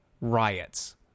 riots